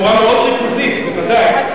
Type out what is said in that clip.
בצורה מאוד ריכוזית, בוודאי.